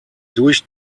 durch